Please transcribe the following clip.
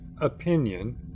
opinion